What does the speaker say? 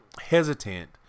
hesitant